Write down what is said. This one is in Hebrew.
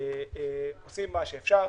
עושים מה שאפשר.